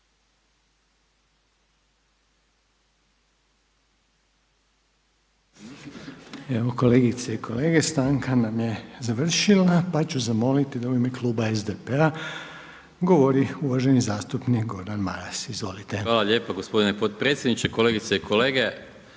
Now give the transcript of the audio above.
vam lijepa gospodine potpredsjedniče. Pa kolegice spomenuli